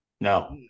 No